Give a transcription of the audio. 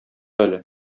әле